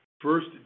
First